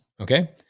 okay